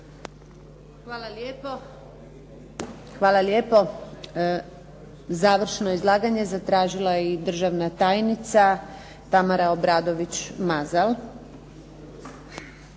Hvala lijepo. Završno izlaganje zatražila je i državna tajnica Tamara Obradović Mazal.